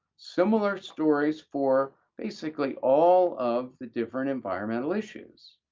similar stories for basically all of the different environmental issues,